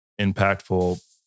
impactful